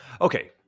okay